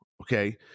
Okay